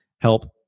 help